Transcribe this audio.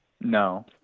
No